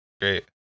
Great